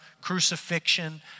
crucifixion